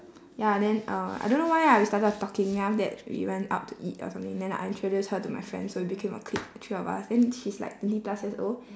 ya then uh I don't know why ah we started talking then after that we went out to eat or something then I introduce her to my friend so we became a clique the three of us then she's like twenty plus years old